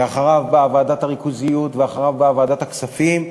ואחריו באה ועדת הריכוזיות ואחריו באה ועדת הכספים,